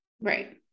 Right